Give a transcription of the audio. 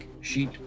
Sheet